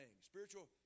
spiritual